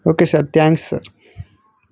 okay sir thanks sir